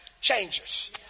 changes